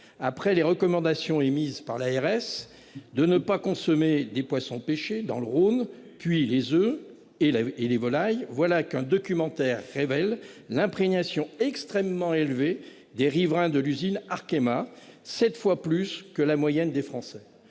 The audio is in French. après les recommandations émises par l'ARS de ne pas consommer des poissons pêchés dans le Rhône, puis les oeufs et la et les volailles. Voilà qu'un documentaire révèle l'imprégnation extrêmement élevé des riverains de l'usine Arkema cette fois plus que la moyenne des français.